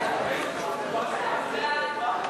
סעיפים 1 3 נתקבלו.